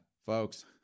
Folks